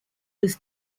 was